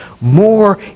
more